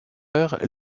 heures